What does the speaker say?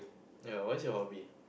ya what's your hobby